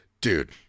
Dude